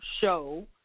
show